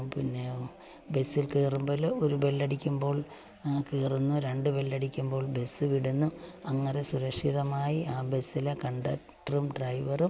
പിന്നെ ബസ്സിൽ കയറുമ്പോൾ ഒരു ബെല്ലടിക്കുമ്പോൾ കയറുന്നു രണ്ട് ബെല്ലടിക്കുമ്പോൾ ബസ്സ് വിടുന്നു അങ്ങനെ സുരക്ഷിതമായി ആ ബസ്സിലെ കണ്ടക്ടറും ഡ്രൈവറും